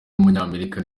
w’umunyamerika